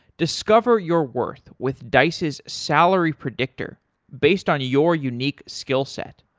discover your worth with dice's salary predictor based on your unique skillset.